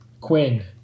Quinn